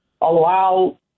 allow